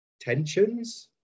tensions